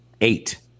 eight